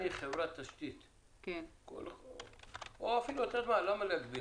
אני חברת תשתית בעצם למה להגביל